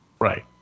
Right